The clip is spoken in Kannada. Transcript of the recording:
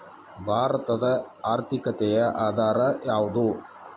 ಭಾರತದ ಆರ್ಥಿಕತೆಯ ಆಧಾರ ಯಾವುದು?